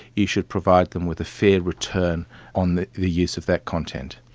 you should provide them with a fair return on the the use of that content.